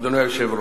אדוני היושב-ראש,